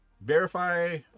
verify